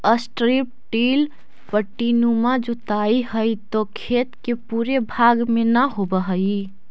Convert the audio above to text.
strip till पट्टीनुमा जोताई हई जो खेत के पूरे भाग में न होवऽ हई